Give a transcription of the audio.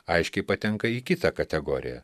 aiškiai patenka į kitą kategoriją